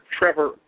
Trevor